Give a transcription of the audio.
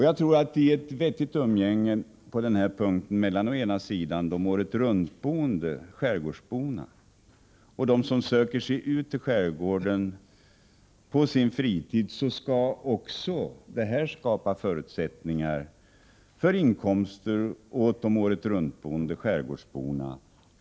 Jag tror att i ett vettigt umgänge mellan de åretruntboende skärgårdsborna och dem som söker sig ut i skärgården skall också det fria handredskapsfisket skapa förutsättningar för inkomster åt de åretruntboende i skärgården.